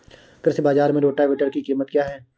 कृषि बाजार में रोटावेटर की कीमत क्या है?